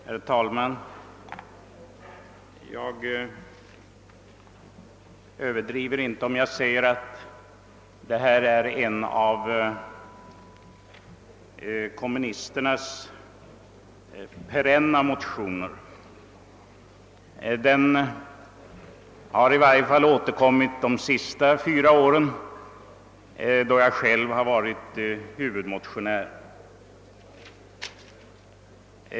Herr talman! Jag överdriver inte om Jag säger att detta är en av kommunisternas perenna motioner. Den har återkommit åtminstone under de fyra senaste åren, varvid jag själv varit huvudmotionär.